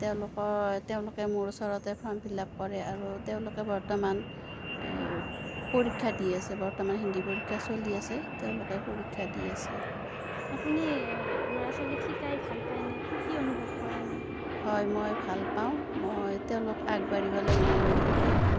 তেওঁলোকৰ তেওঁলোকে মোৰ ওচৰতে ফৰ্ম ফিল আপ কৰে আৰু তেওঁলোকে বৰ্তমান এই পৰীক্ষা দি আছে বৰ্তমান হিন্দী পৰীক্ষা চলি আছে তেওঁলোকে পৰীক্ষা দি আছে আপুনি ল'ৰা ছোৱালীক শিকাই ভাল পায়নে সুখী অনুভৱ কৰেনে হয় মই ভালপাওঁ মই তেওঁলোক আগবাঢ়ি গ'লে মই সুখী হওঁ